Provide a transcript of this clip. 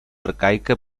arcaica